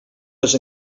les